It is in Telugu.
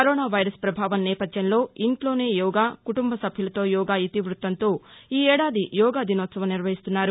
కరోనా వైరస్ ప్రభావం నేపథ్యంలో ఇంట్లోనే యోగ కుటుంబ సభ్యులతో యోగా ఇతివృత్తంతో ఈ ఏడాది యోగా దినోత్సవం నిర్వహిస్తున్నారు